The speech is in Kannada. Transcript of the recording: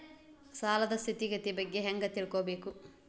ಸಾಲದ್ ಸ್ಥಿತಿಗತಿ ಬಗ್ಗೆ ಹೆಂಗ್ ತಿಳ್ಕೊಬೇಕು?